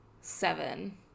seven